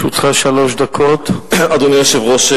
אדוני היושב-ראש,